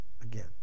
again